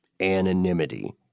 anonymity